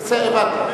בסדר, הבנתי.